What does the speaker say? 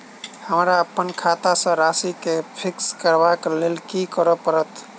हमरा अप्पन खाता केँ राशि कऽ फिक्स करबाक लेल की करऽ पड़त?